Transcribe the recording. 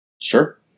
Sure